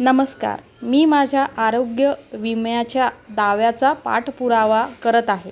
नमस्कार मी माझ्या आरोग्य विम्याच्या दाव्याचा पाठ पुरावा करत आहे